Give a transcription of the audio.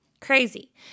crazy